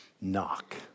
knock